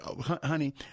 honey